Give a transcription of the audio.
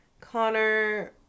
Connor